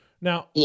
Now